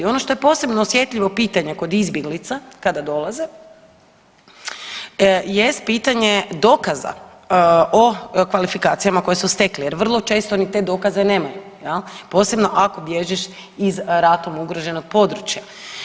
I ono što je posebno osjetljivo pitanje kod izbjeglica kada dolaze jest pitanje dokaza o kvalifikacijama koje su stekli jer vrlo često oni te dokaze nemaju jel, posebno ako bježiš iz ratom ugroženog područja.